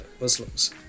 Muslims